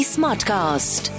Smartcast